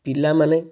ପିଲାମାନେ